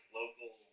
local